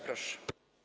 Proszę.